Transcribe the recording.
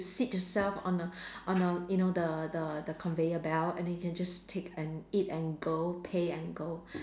sit yourself on a on a you know the the the conveyor belt and then you can just take and eat and go pay and go